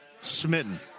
smitten